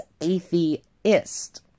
atheist